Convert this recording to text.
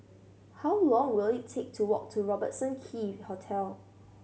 how long will it take to walk to Robertson Quay Hotel